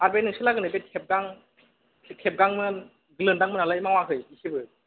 आरो बे नोंसोरलागोनि बे थेबगां थेबगांमोन गोलोन्दांमोनालाय मावाखै एसेबो